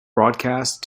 broadcast